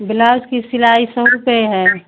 blouse की सिलाई सौ रुपए है